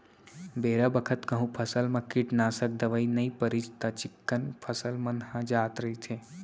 बेरा बखत कहूँ फसल म कीटनासक दवई नइ परिस त चिक्कन फसल मन ह जात रइथे